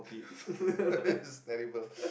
terrible